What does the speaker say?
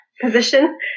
position